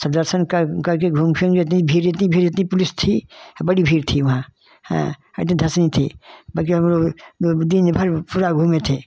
सब दर्शन कर करके घूम फिर कर इतनी भीड़ इतनी भीड़ इतनी पुलिस थी बड़ी भीड़ थी वहाँ ह हई तो दसवीं थी बाकी हम लोग दिनभर पूरा घूमे थे